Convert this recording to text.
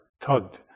tugged